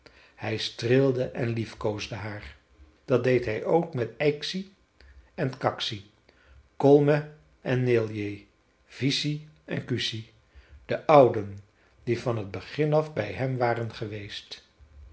hij streelde en liefkoosde haar dat deed hij ook met yksi en kaksi kolme en neljä viisi en kuusi de ouden die van t begin af bij hem waren geweest